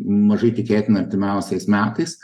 mažai tikėtina artimiausiais metais